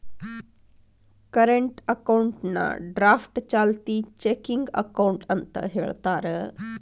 current ಅಕೌಂಟ್ನಾ draft ಚಾಲ್ತಿ checking account ಅಂತ ಹೇಳ್ತಾರ